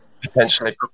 Potentially